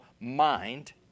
mind